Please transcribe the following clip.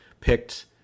picked